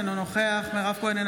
אינו נוכח אימאן ח'טיב יאסין,